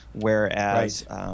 whereas